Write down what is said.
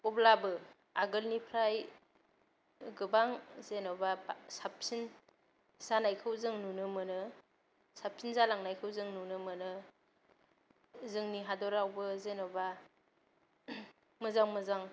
अब्लाबो आगोलनिफ्राय गोबां जेन'बा साबसिन जानायखौ जों नुनो मोनो साबसिन जालांनायखौ जों नुनो मोनो जोंनि हादरावबो जेन'बा मोजां मोजां